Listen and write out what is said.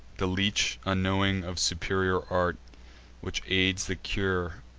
the leech, unknowing of superior art which aids the cure,